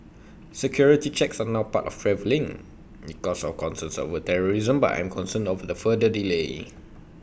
security checks are now part of travelling because of concerns over terrorism but I'm concerned over the further delay